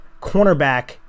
cornerback